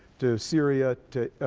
to syria, to